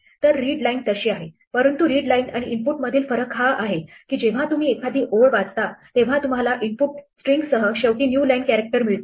तररीड line तशी आहे परंतु रीडलाईन आणि इनपुट मधील फरक हा आहे की जेव्हा तुम्ही एखादी ओळ वाचता तेव्हा तुम्हाला इनपुट स्ट्रिंगसह शेवटी न्यू लाईन कॅरेक्टर मिळतो